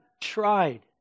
tried